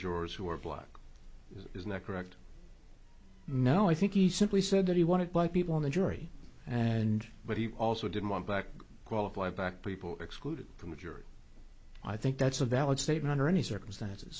jurors who are black is not correct no i think he simply said that he wanted black people in the jury and but he also didn't want black qualified black people excluded from the jury i think that's a valid statement under any circumstances